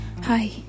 Hi